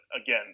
again